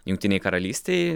jungtinei karalystei